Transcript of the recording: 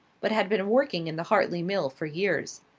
but had been working in the hartley mills for years.